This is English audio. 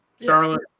Charlotte